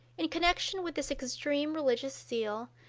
in connection with this extreme religious zeal,